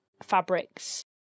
fabrics